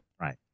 Right